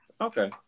Okay